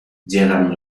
llegan